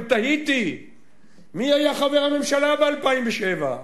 ותהיתי מי היה חבר הממשלה ב-2007?